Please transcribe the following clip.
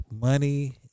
money